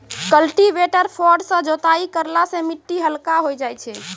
cultivator फार सँ जोताई करला सें मिट्टी हल्का होय जाय छै